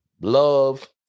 Love